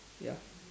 ya